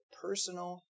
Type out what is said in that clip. personal